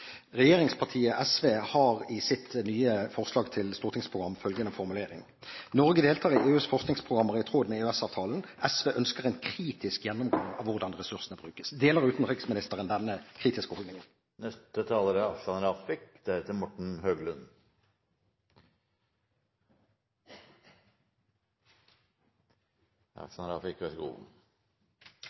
Regjeringspartiet SV har i sitt nye forslag til arbeidsprogram følgende formulering: Norge deltar i EUs forskningsprogrammer i tråd med EØS-avtalen. SV ønsker en kritisk gjennomgang av hvordan ressursene brukes. Deler utenriksministeren denne kritiske holdningen? Det som er